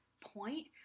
point